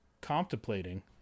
contemplating